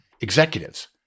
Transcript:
executives